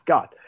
God